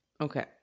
Okay